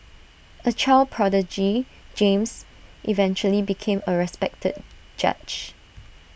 A child prodigy James eventually became A respected judge